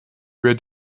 where